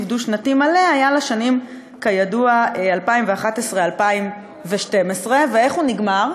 דו-שנתי מלא הייתה כידוע לשנים 2011 2012. ואיך זה נגמר?